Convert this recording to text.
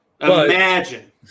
Imagine